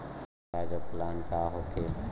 Recharge plan का होथे?